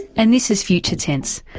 and this is future tense.